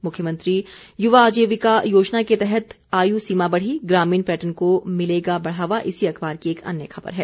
मुख्यमंत्री युवा आजीविका योजना के तहत आयु सीमा बढ़ी ग्रामीण पर्यटन को मिलेगा बढ़ावा इसी अखबार की एक अन्य खबर है